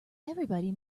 everybody